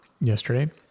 yesterday